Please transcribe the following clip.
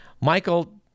Michael